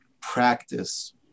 practice